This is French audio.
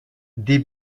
des